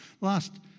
Last